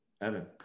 Evan